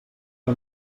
que